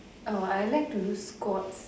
oh I like to do squats